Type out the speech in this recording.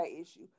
issue